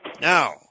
Now